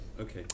okay